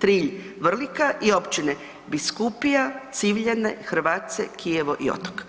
Trilj, Vrlika i općine Biskupija, Civljane, Hrvace, Kijevo i Otok.